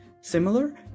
similar